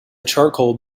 charcoal